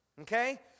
Okay